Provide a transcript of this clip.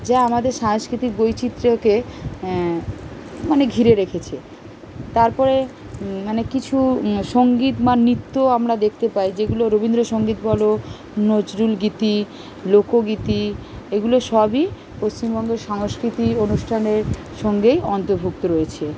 যা আমাদের সাংস্কৃতিক বৈচিত্র্যকে অনেক ঘিরে রেখেছে তারপরে মানে কিছু সঙ্গীত বা নিত্য আমরা দেখতে পাই যেগুলো রবীন্দ্রসঙ্গীত বলো নজরুল গীতি লোকগীতি এগুলো সবই পশ্চিমবঙ্গের সংস্কৃতি অনুষ্ঠানের সঙ্গেই অন্তর্ভুক্ত রয়েছে